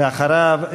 ואחריו,